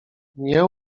nie